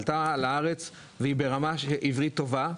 עלתה לארץ והיא ברמת עברית טובה,